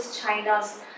China's